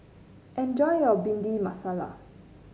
enjoy your Bhindi Masala